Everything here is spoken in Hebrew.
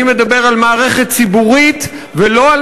אני מדבר על מערכת ציבורית ולא על